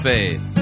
Faith